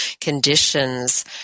conditions